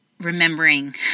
remembering